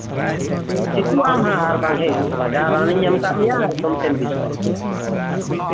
ᱴᱷᱤᱠᱩᱜ ᱟᱢ ᱱᱟᱦᱟᱸᱜ ᱟᱨ ᱵᱟᱝ ᱦᱮᱡ ᱦᱩᱭᱩᱜ ᱛᱟᱢᱟ ᱡᱟᱦᱟᱸ ᱨᱟᱱᱤᱧ ᱮᱢ ᱟᱠᱟᱫ ᱢᱮᱭᱟ ᱚᱱᱟ ᱛᱮᱜᱮᱢ ᱴᱷᱤᱠᱩᱜᱼᱟ